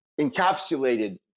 encapsulated